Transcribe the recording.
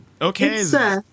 okay